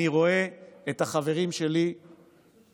אני רואה את החברים שלי מהקואליציה,